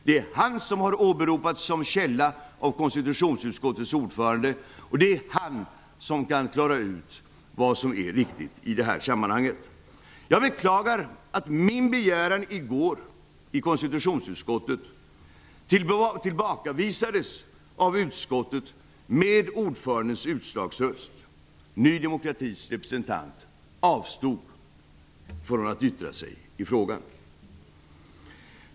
Det är han som har åberopats som källa av konstitutionsutskottets ordförande. Det är han som kan klara ut vad som är riktigt i det här sammanhanget. Jag beklagar att min begäran i går i konstitutionsutskottet tillbakavisades av utskottet med ordförandens utslagsröst. Ny demokratis representant avstod från att yttra sig i frågan.